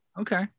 Okay